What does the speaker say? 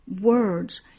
words